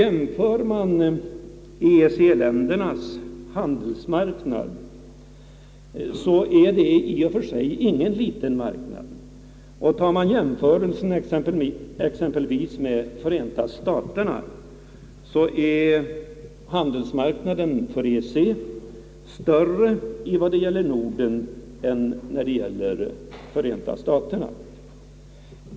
De nordiska länderna är i och för sig ingen liten marknad, och för EEC utgör Norden en större marknad än exempelvis Förenta staterna.